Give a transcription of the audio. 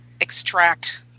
extract